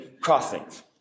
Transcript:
crossings